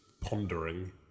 pondering